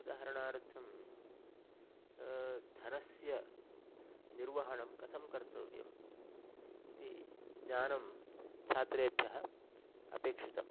उदाहरणार्थं धनस्य निर्वहणं कथं कर्तव्यम् इति ज्ञानं छात्रेभ्यः अपेक्षितम्